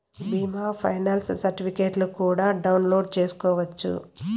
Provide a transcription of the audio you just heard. బీమా ఫైనాన్స్ సర్టిఫికెట్లు కూడా డౌన్లోడ్ చేసుకోవచ్చు